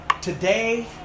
today